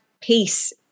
peace